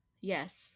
yes